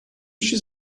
еще